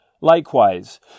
Likewise